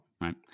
Right